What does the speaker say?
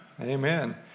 Amen